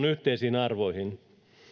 yhteisiin arvoihin